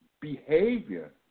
behavior